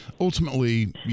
Ultimately